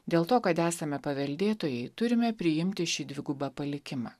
dėl to kad esame paveldėtojai turime priimti šį dvigubą palikimą